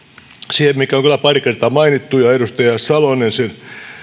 siihen mikä on jo pari kertaa mainittu ja edustaja salonen sen